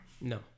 No